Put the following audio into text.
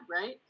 right